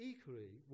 Equally